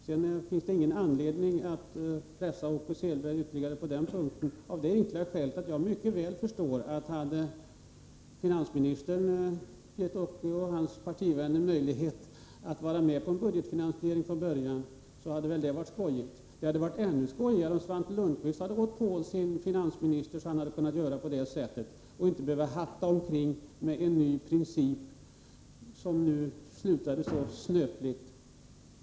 Sedan finns det ingen anledning att pressa Åke Selberg ytterligare på den punkten av det enkla skälet att jag mycket väl förstår att om finansministern gett honom och hans partivänner möjlighet att vara med på en diskussion om budgetfinansieringen från början, så hade det varit skojigt. Det har varit ännu skojigare om Svante Lundkvist hade gått på sin finansminister, så att han kunnat göra på det sättet och inte behövt hatta omkring med en ny princip, som nu fick ett sådant snöpligt slut.